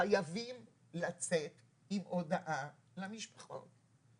חייבים לצאת עם הודעה למשפחות.